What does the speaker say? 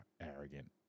arrogant